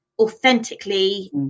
authentically